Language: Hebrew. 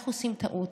אנחנו עושים טעות,